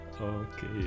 okay